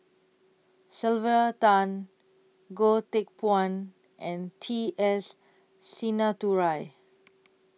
Sylvia Tan Goh Teck Phuan and T S Sinnathuray